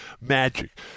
Magic